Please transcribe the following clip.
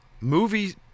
movie